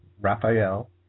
Raphael